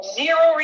zero